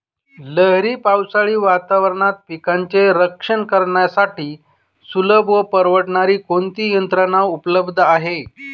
लहरी पावसाळी वातावरणात पिकांचे रक्षण करण्यासाठी सुलभ व परवडणारी कोणती यंत्रणा उपलब्ध आहे?